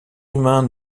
humain